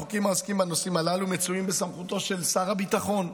החוקים העוסקים בנושאים הללו מצויים בסמכותו של שר הביטחון.